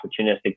opportunistic